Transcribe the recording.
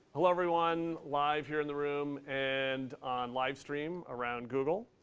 ah everyone. live here in the room and on live stream around google.